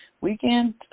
Weekend